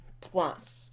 Plus